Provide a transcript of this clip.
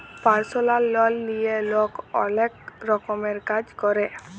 পারসলাল লল লিঁয়ে লক অলেক রকমের কাজ ক্যরে